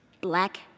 black